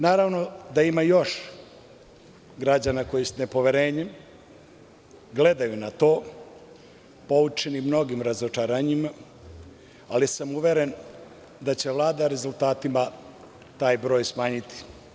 Naravno da ima još građana koji sa nepoverenjem gledaju na to poučeni mnogim razočaranjima, ali sam uveren da će Vlada rezultatima taj broj smanjiti.